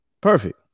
Perfect